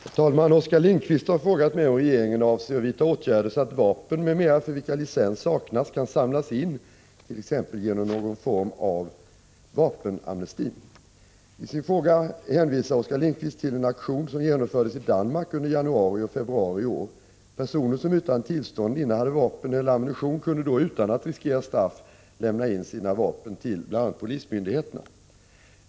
Herr talman! Oskar Lindkvist har frågat mig om regeringen avser att vidta åtgärder så att vapen m.m. för vilka licens saknas kan samlas in t.ex. genom någon form av ”vapenamnesti”. I sin fråga hänvisar Oskar Lindkvist till en aktion som genomfördes i Danmark under januari och februari i år. Personer som utan tillstånd innehade vapen eller ammunition kunde då utan att riskera straff lämna in sina vapen till bl.a. polismyndigheterna.